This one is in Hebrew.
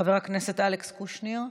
חבר הכנסת אלכס קושניר,